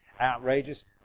outrageous